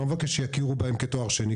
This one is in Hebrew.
אני לא מבקש שיכירו בהם כתואר שני,